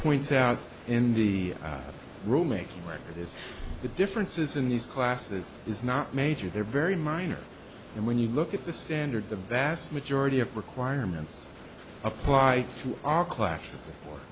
points out in the room making record is the differences in these classes is not major they're very minor and when you look at the standard the vast majority of requirements apply to our classes